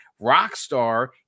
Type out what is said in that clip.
Rockstar